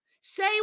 Say